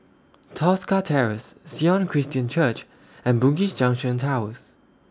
Tosca Terrace Sion Christian Church and Bugis Junction Towers